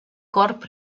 corp